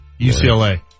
UCLA